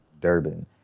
Durban